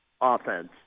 offense